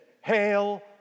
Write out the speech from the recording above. Hail